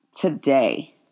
today